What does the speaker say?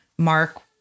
Mark